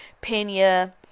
Pena